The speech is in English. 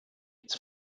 its